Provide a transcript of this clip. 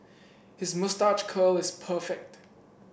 his moustache curl is perfect